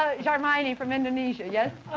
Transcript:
sharmaini from indonesia, yes?